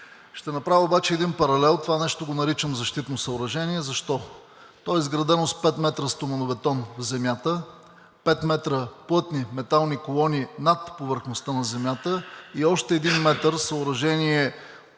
Ще направя обаче един паралел. Това нещо го наричам „защитно съоръжение“. Защо? То е изградено с 5 метра стоманобетон в земята, 5 метра плътни метални колони над повърхността на земята и още един метър защитно съоръжение